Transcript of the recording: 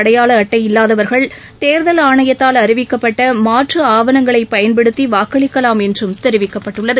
அடையாள அட்டை இல்லாதவர்கள் கேர்கல் வாக்காளா் ஆணைத்தால் அறிவிக்கப்பட்டமாற்றுஆவணங்களைபயன்படுத்திவாக்களிக்கலாம் என்றும் தெரிவிக்கப்பட்டுள்ளது